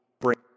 bring